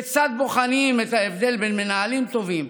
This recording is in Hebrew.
כיצד בוחנים את ההבדל בין מנהלים טובים,